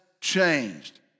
changed